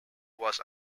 was